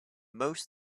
most